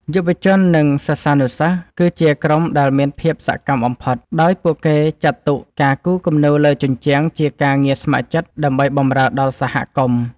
យុវជន និងសិស្សានុសិស្ស គឺជាក្រុមដែលមានភាពសកម្មបំផុត ដោយពួកគេចាត់ទុកការគូរគំនូរលើជញ្ជាំងជាការងារស្ម័គ្រចិត្តដើម្បីបម្រើដល់សហគមន៍។